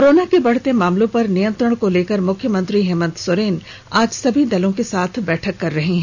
corona के बढ़ते मामलों पर नियंत्रण को लेकर मुख्यमंत्री हेमंत सोरेन आज सभी दलों के साथ बैठक कर रहे हैं